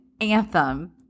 anthem